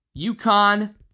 UConn